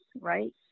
right